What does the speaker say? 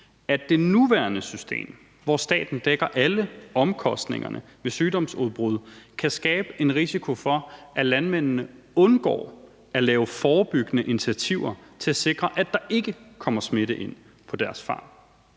at det nuværende system, hvor staten dækker alle omkostningerne ved sygdomsudbrud, kan skabe en risiko for, at landmændene undgår at lave forebyggende initiativer til at sikre, at der ikke kommer smitte ind på deres farm.